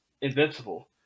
invincible